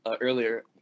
earlier